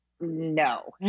No